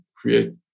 create